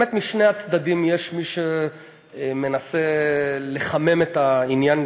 שבאמת משני הצדדים יש מי שמנסה לחמם את העניין.